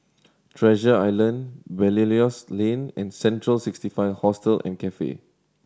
Treasure Island Belilios Lane and Central Sixty Five Hostel and Cafe